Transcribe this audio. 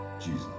Jesus